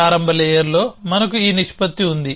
ప్రారంభ లేయర్లో మనకు ఈ నిష్పత్తి ఉంది